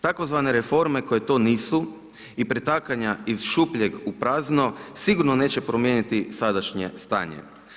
Tzv. reforme koje to nisu i pretakanja iz šupljeg u prazno, sigurno neće promijeniti sadašnje stanje.